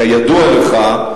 כידוע לך,